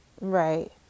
right